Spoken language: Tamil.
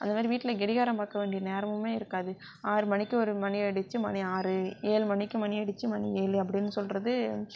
அந்த மாதிரி வீட்டில் கடிகாரம் பார்க்க வேண்டிய நேரமுமே இருக்காது ஆறு மணிக்கு ஒரு மணி அடிச்சு மணி ஆறு ஏழு மணிக்கு மணி அடிச்சு மணி ஏழு அப்படின்னு சொல்லுறது